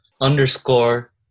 underscore